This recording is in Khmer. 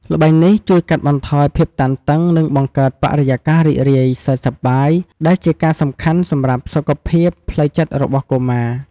ល្បែងនេះជួយកាត់បន្ថយភាពតានតឹង និងបង្កើតបរិយាកាសរីករាយ សើចសប្បាយ ដែលជាការសំខាន់សម្រាប់សុខភាពផ្លូវចិត្តរបស់កុមារ។